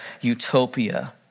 utopia